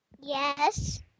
Yes